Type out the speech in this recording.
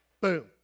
boom